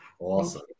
Awesome